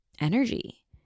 energy